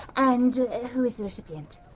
and who is the recipient?